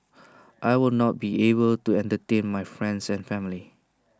I will not be able to entertain my friends and family